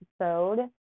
episode